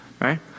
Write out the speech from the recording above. right